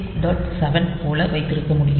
7 போல வைத்திருக்க முடியும்